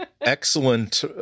excellent